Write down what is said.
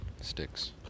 Sticks